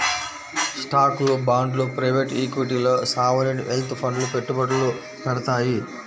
స్టాక్లు, బాండ్లు ప్రైవేట్ ఈక్విటీల్లో సావరీన్ వెల్త్ ఫండ్లు పెట్టుబడులు పెడతాయి